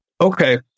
Okay